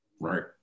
right